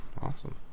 awesome